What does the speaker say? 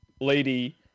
lady